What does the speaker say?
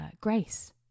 grace